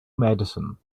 medicine